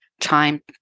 time